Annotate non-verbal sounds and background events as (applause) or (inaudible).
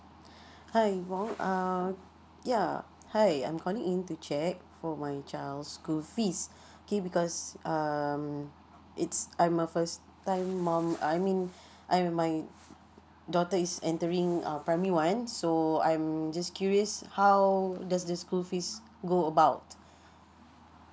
(breath) hi nibong uh ya hi I'm calling in to check for my child's school fees (breath) okay because um it's I'm a first time mom I mean I my daughter is entering ah primary one so I'm just curious how does the school fees go about